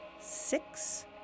six